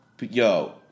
Yo